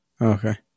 Okay